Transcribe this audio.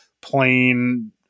plain